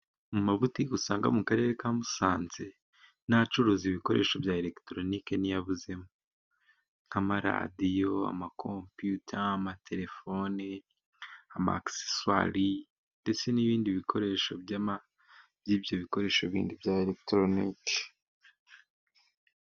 Mu mabutike usanga mu karere ka Musanze n'acuruza ibikoresho bya elegitoronike ntiyayabuzemo: nk'amaradiyo, amakomputa, amaterefoni, ama egisi seri, ndetse n'ibindi bikoresho bindi bya eregitoronike.